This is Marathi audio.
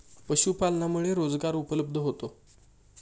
पशुपालनामुळे रोजगार उपलब्ध होतो